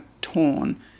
torn